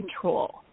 control